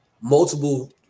multiple